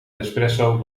nespresso